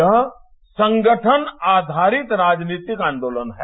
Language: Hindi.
यह संगठन आधारित राजनीतिक आंदोलन है